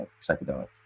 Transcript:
psychedelic